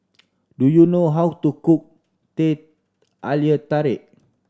do you know how to cook Teh Halia Tarik